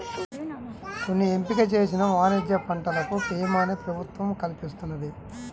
కొన్ని ఎంపిక చేసిన వాణిజ్య పంటలకు భీమాని ప్రభుత్వం కల్పిస్తున్నది